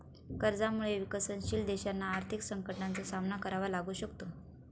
कर्जामुळे विकसनशील देशांना आर्थिक संकटाचा सामना करावा लागू शकतो